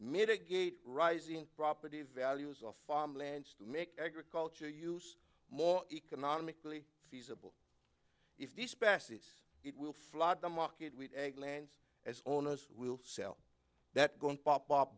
mitigate rising property values of farm lands to make agriculture use more economically fees if this passes it will flood the market with ag lands as owners will sell that going pop up